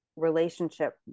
relationship